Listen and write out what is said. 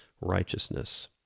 righteousness